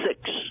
six